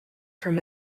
from